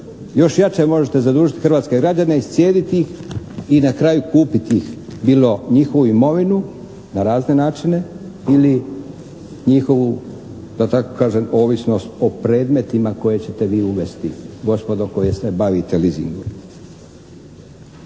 još jače možete zadužiti hrvatske građane, iscijediti ih i na kraju kupiti ih, bilo njihovu imovinu na razne načine ili njihovu, da tako kažem, ovisnost o predmetima koje ćete vi uvesti, gospodo koji se bavite leasingom.